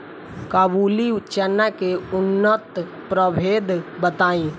काबुली चना के उन्नत प्रभेद बताई?